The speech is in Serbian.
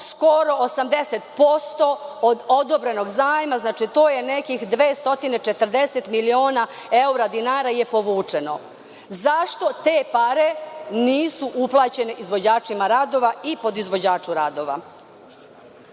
skoro 80% od odobrenog zajma, znači, to je nekih 240 miliona, zašto te pare nisu uplaćene izvođačima radova i podizvođaču radova.